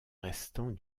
restants